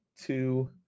two